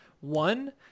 One